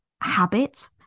habit